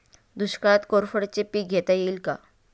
दुष्काळात कोरफडचे पीक घेता येईल का?